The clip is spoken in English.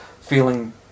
feeling